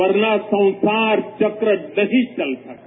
वर्ना संसार चक्र नहीं चल सकता